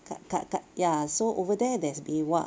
kat kat kat ya so over there there's dewa